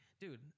dude